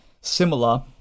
Similar